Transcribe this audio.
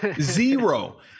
Zero